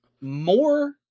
More